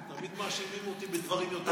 תמיד מאשימים אותי בדברים יותר כבדים.